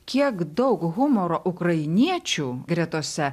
kiek daug humoro ukrainiečių gretose